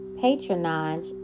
patronage